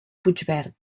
puigverd